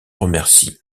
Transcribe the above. remercie